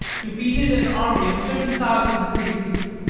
defeated an army of thirty thousand greeks,